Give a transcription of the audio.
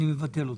אני מבטל אותה.